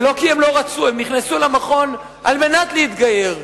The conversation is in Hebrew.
ולא כי הם לא רצו, הם נכנסו למכון על מנת להתגייר.